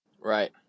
Right